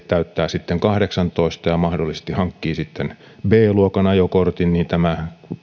täyttää sitten kahdeksantoista ja mahdollisesti hankkii b luokan ajokortin niin tämä